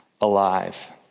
alive